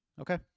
Okay